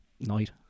night